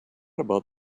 about